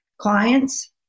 clients